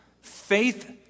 faith